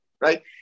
right